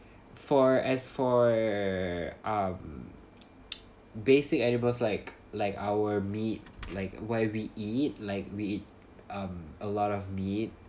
for as for um basic animals like like our meat like why we eat like we eat um a lot of meat